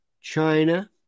China